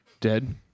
dead